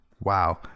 wow